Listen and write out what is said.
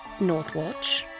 Northwatch